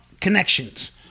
connections